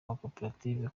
makoperative